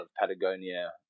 Patagonia